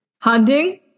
Hunting